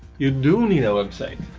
you do need a website!